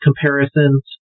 comparisons